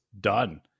done